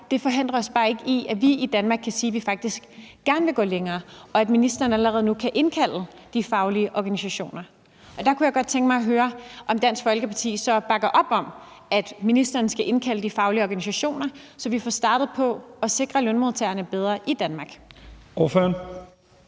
det forhindrer bare ikke, at vi i Danmark kan sige, at vi faktisk gerne vil gå længere, og at ministeren allerede nu kan indkalde de faglige organisationer. Der kunne jeg godt tænke mig at høre, om Dansk Folkeparti så bakker op om, altså at ministeren skal indkalde de faglige organisationer, så vi får startet på at sikre lønmodtagerne bedre i Danmark. Kl.